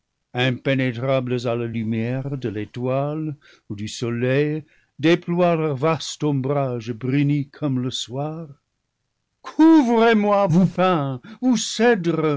impénétrables à la lumière de l'étoile ou du soleil déploient leur vaste ombrage bruni comme le soir couvrez moi vous pins vous cèdres